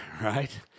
Right